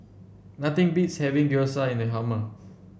nothing beats having Gyoza in the hummer